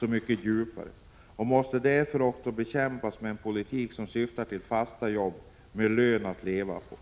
mycket djupare och måste därför också bekämpas med en politik som syftar till fasta jobb med lön att leva på.